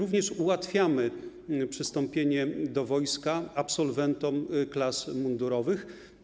Ułatwiamy także przystąpienie do wojska absolwentom klas mundurowych.